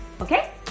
Okay